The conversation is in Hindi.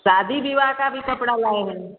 शादी विवाह का भी कपड़ा लाए हैं